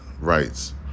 rights